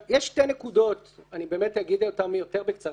יש שתי נקודות אני אגיד אותן בקצרה,